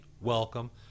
Welcome